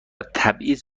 تبعیض